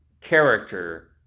character